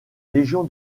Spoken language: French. légion